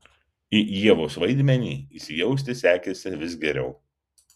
į ievos vaidmenį įsijausti sekėsi vis geriau